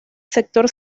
sector